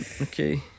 Okay